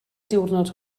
diwrnod